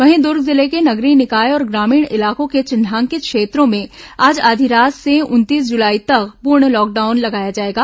वहीं दुर्ग जिले के नगरीय निकाय और ग्रामीण इलाकों के चिन्हांकित क्षेत्रों में आज आधी रात से उनतीस जुलाई तक पूर्ण लॉकडाउन लगाया जाएगा